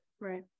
right